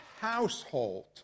household